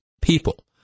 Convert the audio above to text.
People